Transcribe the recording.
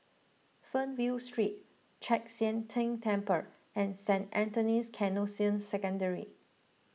Fernvale Street Chek Sian Tng Temple and Saint Anthony's Canossian Secondary